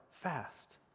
fast